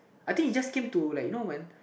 I think it just came to like you know when